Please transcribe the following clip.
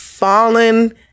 fallen